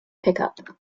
pickup